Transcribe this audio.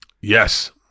Yes